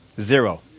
Zero